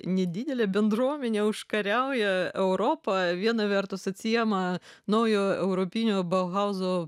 nedidelė bendruomenė užkariauja europą viena vertus atsiima naujo europinio bauhauzo